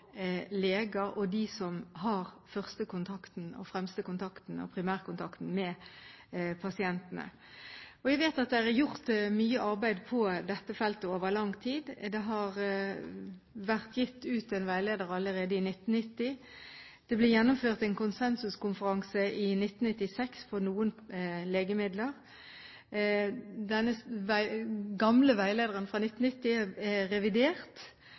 leger og de som har den første og fremste kontakten, den primære kontakten, med pasientene. Jeg vet at det er gjort mye arbeid på dette feltet over lang tid. Det ble utgitt en veileder allerede i 1990, og det ble gjennomført en konsensuskonferanse i 1996 når det gjelder noen legemidler. Denne – gamle – veilederen fra 1990 er revidert,